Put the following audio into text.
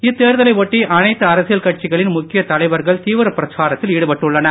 இத்தேர்தலை ஒட்டி அனைத்து அரசியல் கட்சிகளின் முக்கியத் தலைவர்களம் தீவிரப் பிரச்சாரத்தில் ஈடுபட்டுள்ளனர்